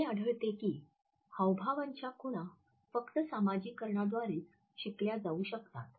असे आढळते की हावभावांच्या खुणा फक्त सामाजीकरणाद्वारेच शिकल्या जाऊ शकतात